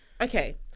okay